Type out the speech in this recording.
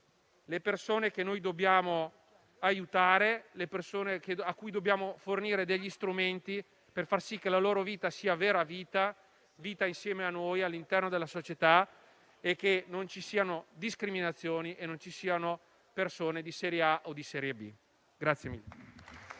le persone che dobbiamo aiutare, a cui dobbiamo fornire degli strumenti per far sì che la loro vita sia vera vita, insieme a noi, all'interno della società, e che non ci siano discriminazioni e persone di serie A o di serie B.